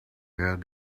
add